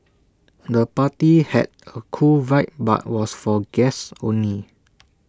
the party had A cool vibe but was for guests only